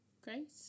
great